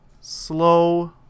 slow